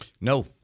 No